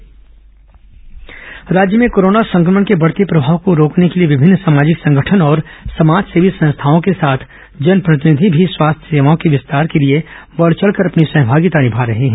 Covid सामाजिक सहभागिता राज्य में कोरोना संक्रमण के बढ़ते प्रभाव को रोकने के लिए विभिन्न सामाजिक संगठन और समाजसेवी संस्थाओं के साथ जनप्रतिनिधि भी स्वास्थ्य सेवाओं में विस्तार के लिए बढ़ चढ़कर अपनी सहभागिता निभा रहे हैं